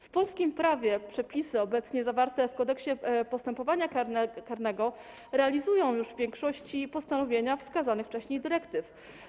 W polskim prawie przepisy obecnie zawarte w Kodeksie postępowania karnego realizują już w większości postanowienia wskazanych wcześniej dyrektyw.